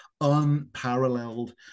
unparalleled